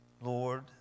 Lord